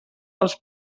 dels